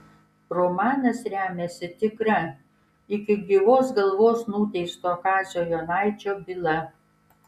romanas remiasi tikra iki gyvos galvos nuteisto kazio jonaičio byla